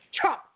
Trump